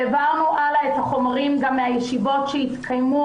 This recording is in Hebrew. העברנו הלאה את החומרים מהישיבות שהתקיימו.